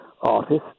artist